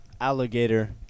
Alligator